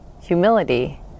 humility